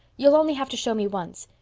you'll only have to show me once.